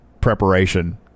preparation